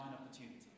opportunity